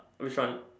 which one